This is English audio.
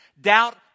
doubt